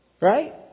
right